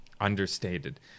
understated